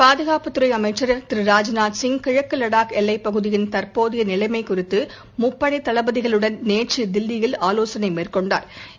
பாதுகாப்புத்துறை அமைச்சர் திரு ராஜ்நாத்சிங் கிழக்கு வடாக் எல்லைப்பகுதியின் தற்போதைய நிலைமை குறித்து முப்படை தளபதிகளுடன் நேற்று தில்லியில் ஆலோசனை நடத்தினாா்